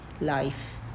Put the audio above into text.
life